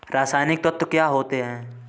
रसायनिक तत्व क्या होते हैं?